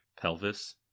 pelvis